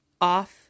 Off